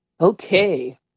Okay